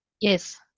Yes